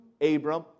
Abram